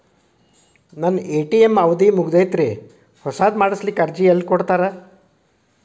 ನನ್ನ ಎ.ಟಿ.ಎಂ ಅವಧಿ ಮುಗದೈತ್ರಿ ಹೊಸದು ಮಾಡಸಲಿಕ್ಕೆ ಅರ್ಜಿ ಎಲ್ಲ ಕೊಡತಾರ?